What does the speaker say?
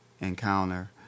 encounter